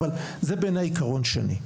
אבל זה בעיני העיקרון השני.